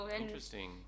Interesting